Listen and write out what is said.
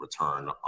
return